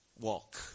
walk